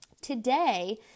Today